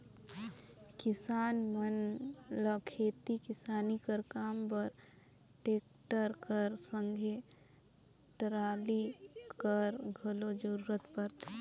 किसान मन ल खेती किसानी कर काम बर टेक्टर कर संघे टराली कर घलो जरूरत परथे